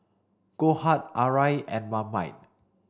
Goldheart Arai and Marmite